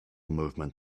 movement